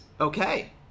Okay